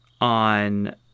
on